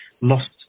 lost